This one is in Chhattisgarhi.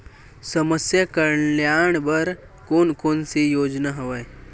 समस्या कल्याण बर कोन कोन से योजना हवय?